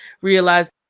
realize